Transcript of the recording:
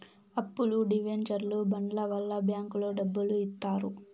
అప్పులు డివెంచర్లు బాండ్ల వల్ల బ్యాంకులో డబ్బులు ఇత్తారు